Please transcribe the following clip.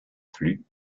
plus